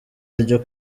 ryo